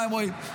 הם רואים,